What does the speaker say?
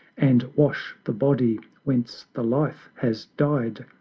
and wash the body whence the life has died,